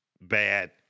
bad